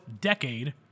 decade